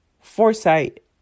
foresight